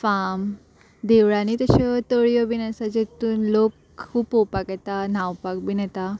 farm देवळांनी तश्यो तळयो बीन आसा जेतून लोक खूब पोवपाक येता न्हांवपाक बीन येता